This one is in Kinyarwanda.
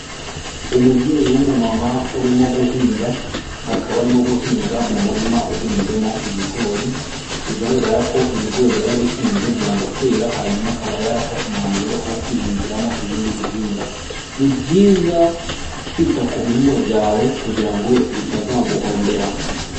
Umubyeyi w'umumama urimo guhinga akaba arimo guhinga mu murima uhinzemo ibigori, bigaragara ko ibigori yarabihinze byanga kwera hanyuma akaba yarafashe umwanzuro wo kwihingiramo ibindi bihingwa, ni byiza kwita ku bihingwa byawe kugira ngo bitazaguhombera.